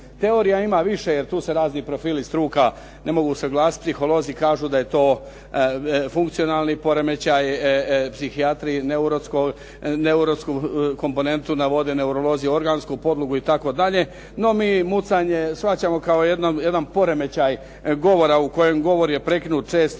Teorija ima više jer tu su razni profili struka ne mogu usuglasiti. Iholozi kažu da je to funkcionalni poremećaj, psihijatriji neurotsku komponentu navode, neurolozi organsku podlogu itd. no mi mucanje shvaćano kao jedan poremećaj govora u kojem je govor prekinut čestim